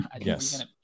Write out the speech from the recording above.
Yes